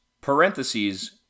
parentheses